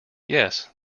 yes